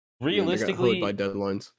Realistically